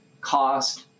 cost